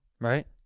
Right